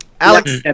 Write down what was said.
Alex